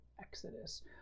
Exodus